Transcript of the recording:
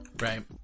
Right